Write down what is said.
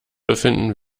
befinden